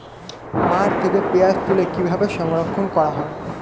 মাঠ থেকে পেঁয়াজ তুলে কিভাবে সংরক্ষণ করা হয়?